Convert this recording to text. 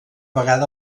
vegada